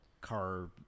car